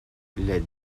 les